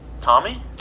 Tommy